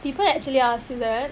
people actually ask you that